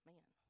Man